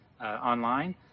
online